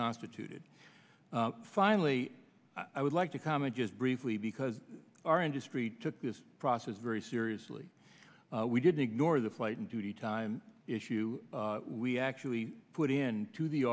constituted finally i would like to comment just briefly because our industry took this process very seriously we didn't ignore the flight and duty time issue we actually put into the